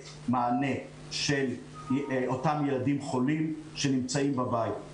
מענה לאותם ילדים חולים שנמצאים בבית.